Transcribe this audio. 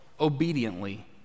obediently